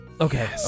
Okay